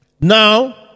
Now